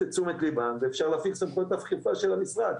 תשומת ליבם ואפשר להפעיל סמכויות אכיפה של המשרד.